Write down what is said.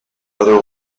other